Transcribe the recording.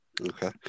Okay